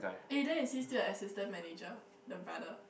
eh then is he still a assistant manager the brother